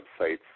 websites